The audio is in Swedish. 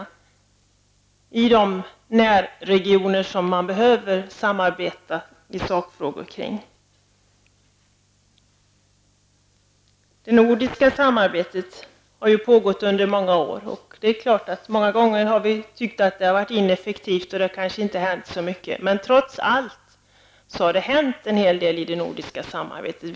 Det gäller då de närregioner med vilka det behövs ett samarbete i just sakfrågorna. Det nordiska samarbetet har ju pågått i många år. Och det är klart att vi många gånger har tyckt att det har varit ineffektivt och att det inte har hänt särskilt mycket. Men trots allt har det hänt en hel del i fråga om det nordiska samarbetet.